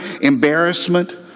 embarrassment